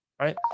right